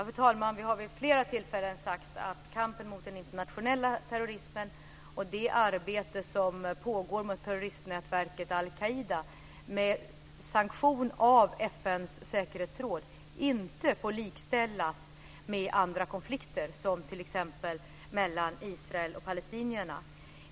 Fru talman! Det har vid flera tillfällen sagts att kampen mot den internationella terrorismen och det arbete som pågår med terroristnätverket al-Qaida med sanktion av FN:s säkerhetsråd inte får likställas med andra konflikter, som t.ex. mellan Israel och palestinierna.